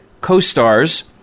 co-stars